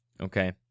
Okay